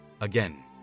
Again